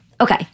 okay